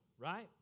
right